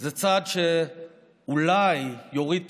זה צעד שאולי יוריד תחלואה,